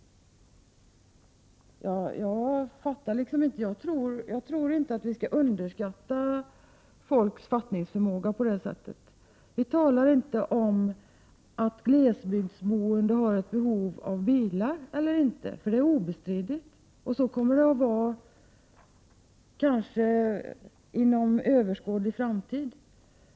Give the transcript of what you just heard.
Jag tror inte att man på det sättet skall underskatta människors fattningsförmåga. Vi talar inte om huruvida de boende i glesbygd har behov av bil eller ej, Prot. 1988/89:104 eftersom detta är obestridligt och kanske kommer att vara så under 26 april 1989 överskådlig framtid.